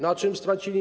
Na czym straciły?